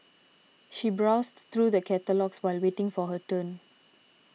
she browsed through the catalogues while waiting for her turn